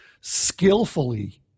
skillfully